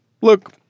Look